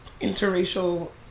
interracial